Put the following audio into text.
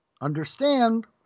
understand